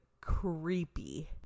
creepy